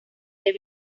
del